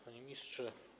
Panie Ministrze!